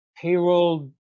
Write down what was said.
payroll